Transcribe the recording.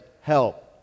help